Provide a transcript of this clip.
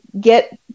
get